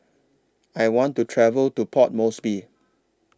I want to travel to Port Moresby